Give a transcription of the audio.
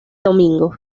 domingo